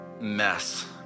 mess